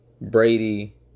Brady